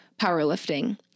powerlifting